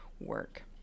work